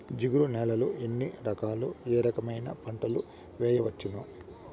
జిగురు నేలలు ఎన్ని రకాలు ఏ రకమైన పంటలు వేయవచ్చును?